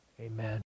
amen